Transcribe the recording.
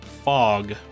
Fog